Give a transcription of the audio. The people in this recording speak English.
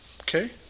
okay